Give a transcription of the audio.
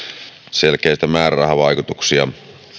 selkeitä määrärahavaikutuksia